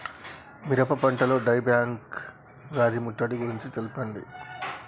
మిరప పంటలో dieback వ్యాధి ముట్టడి గురించి తెల్పండి?